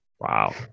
Wow